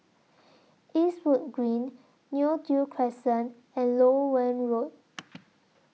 Eastwood Green Neo Tiew Crescent and Loewen Road